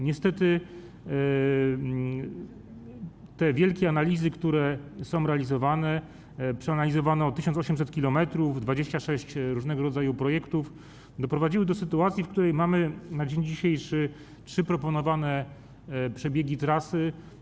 Niestety wielkie analizy, które są realizowane - przeanalizowano 1800 km w 26 różnego rodzaju projektach - doprowadziły do sytuacji, w której mamy na dzisiaj trzy proponowane przebiegi trasy.